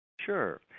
Sure